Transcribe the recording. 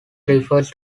refers